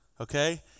Okay